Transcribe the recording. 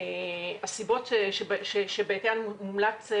שבעטיין מומלץ,